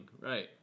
right